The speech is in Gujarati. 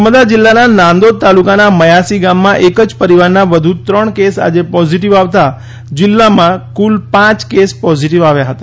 નર્મદા જિલ્લાના નાંદોદ તાલુકાના મયાસી ગામમાં એક જ પરિવારના વધુ ત્રણ કેસ આજે પોઝિટિવ આવતા જિલ્લામાં કુલ પાંચ કેસ પોઝિટિવ આવ્યા હતા